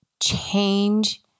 change